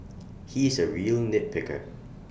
he is A real nitpicker